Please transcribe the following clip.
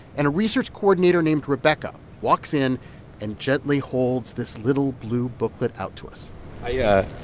and a research coordinator named rebecca walks in and gently holds this little blue booklet out to us i yeah